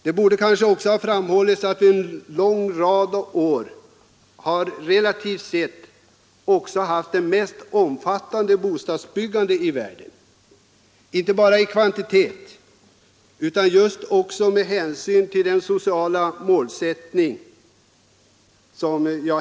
Det borde kanske också framhållits att vi under en lång rad år haft det, relativt sett, mest omfattande bostadsbyggandet i världen, inte bara med hänsyn tagen till kvantiteten utan också just med hänsyn till den sociala målsättningen.